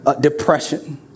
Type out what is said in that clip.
depression